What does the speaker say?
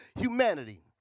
humanity